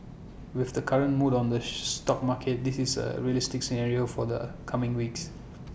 with the current mood on the stock markets this is A realistic scenario for the coming weeks